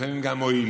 ולפעמים גם מועילים.